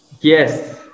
Yes